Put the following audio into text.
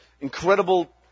incredible